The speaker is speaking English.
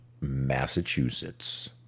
Massachusetts